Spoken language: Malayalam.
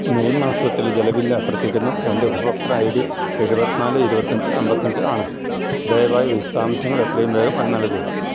മെയ് മാസത്തിൽ ജല ബിൽ അഭ്യർത്ഥിക്കുന്നു എൻ്റെ ഉപഭോക്തൃ ഐ ഡി എഴുപത്തി നാല് ഇരുപത്തി അഞ്ച് അൻപത്തി അഞ്ച് ആണ് ദയവായി വിശദാംശങ്ങൾ എത്രയും വേഗം നൽകുക